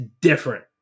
different